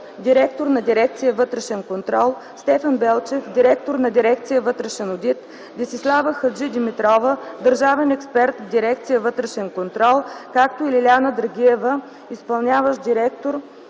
директор на дирекция „Вътрешен контрол”, Стефан Белчев – директор на дирекция „Вътрешен одит”, Десислава Хаджидимитрова – държавен експерт в дирекция „Вътрешен контрол”, както и: Лиляна Драгиева – и.д. директор